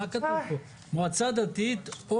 אז זה לא סירוב, זה ביטול.